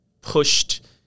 pushed